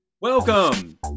Welcome